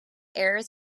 airs